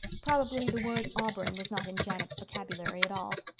probably the word auburn was not in janet's vocabulary at all.